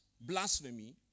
blasphemy